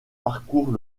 parcourent